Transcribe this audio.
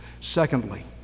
Secondly